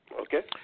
Okay